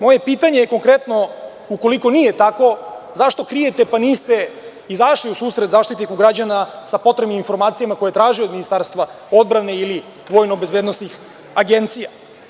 Moje pitanje, konkretno, ukoliko nije tako, zašto krijete, pa niste izašli u susret Zaštitniku građana sa potrebnim informacijama koje traži od Ministarstva odbrane ili vojno-bezbednosnih agencija?